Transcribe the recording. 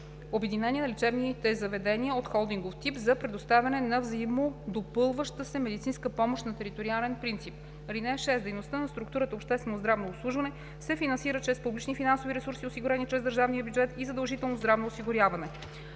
обединения на лечебните заведения от холдингов тип за предоставяне на взаимно допълваща се медицинска помощ на териториален принцип. (6) Дейността на структурата „Обществено здравно обслужване“ се финансира чрез публични финансови ресурси, осигурени чрез Държавния бюджет и задължителното здравно осигуряване.